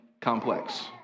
complex